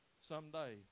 Someday